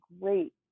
great